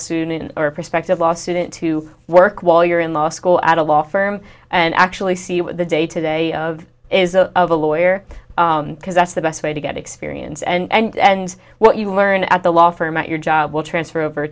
soon or a prospective law student to work while you're in law school at a law firm and actually see the day to day of is a of a lawyer because that's the best way to get experience and what you learn at the law firm at your job will transfer over